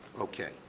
Okay